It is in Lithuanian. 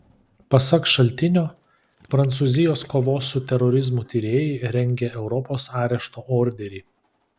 pasak šaltinio prancūzijos kovos su terorizmu tyrėjai rengia europos arešto orderį